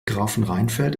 grafenrheinfeld